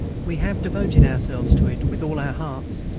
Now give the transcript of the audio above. we have devoted ourselves to it with all our hearts,